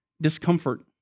discomfort